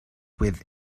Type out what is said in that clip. with